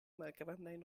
malgrandajn